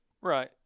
Right